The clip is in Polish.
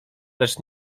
lecz